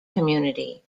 community